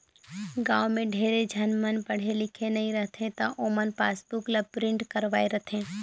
गाँव में ढेरे झन मन पढ़े लिखे नई रहें त ओमन पासबुक ल प्रिंट करवाये रथें